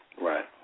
Right